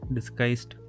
Disguised